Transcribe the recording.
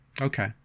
okay